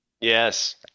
Yes